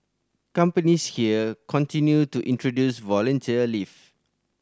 companies here continue to introduce volunteer leave